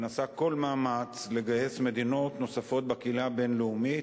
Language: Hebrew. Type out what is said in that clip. ונעשה כל מאמץ לגייס מדינות נוספות בקהילה הבין-לאומית,